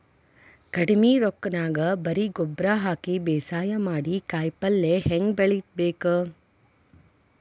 ಕಡಿಮಿ ರೊಕ್ಕನ್ಯಾಗ ಬರೇ ಗೊಬ್ಬರ ಹಾಕಿ ಬೇಸಾಯ ಮಾಡಿ, ಕಾಯಿಪಲ್ಯ ಹ್ಯಾಂಗ್ ಬೆಳಿಬೇಕ್?